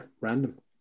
random